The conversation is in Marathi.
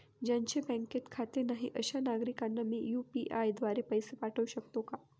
ज्यांचे बँकेत खाते नाही अशा नागरीकांना मी यू.पी.आय द्वारे पैसे पाठवू शकतो का?